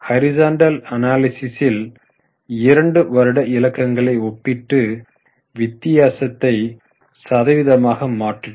horizontal அனாலிசிஸில் இரண்டு வருட இலக்கங்களை ஒப்பிட்டு வித்தியாசத்தை சதவீதமாக மாற்றினோம்